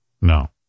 No